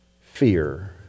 Fear